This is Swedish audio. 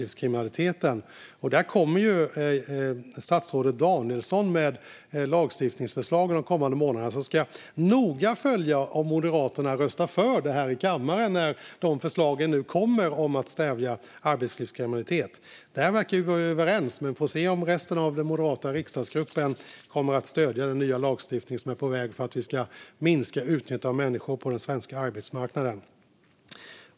Statsrådet Danielsson kommer under de kommande månaderna med lagstiftningsförslag på det området. Jag ska noga följa om Moderaterna röstar för detta i kammaren när förslagen om att stävja arbetslivskriminalitet kommer. Där verkar vi vara överens, men det återstår att se om resten av den moderata riksdagsgruppen kommer att stödja den nya lagstiftning som är på väg för att minska utnyttjandet av människor på den svenska arbetsmarknaden.